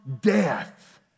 death